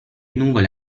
nuvole